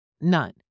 None